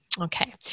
Okay